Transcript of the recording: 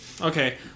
Okay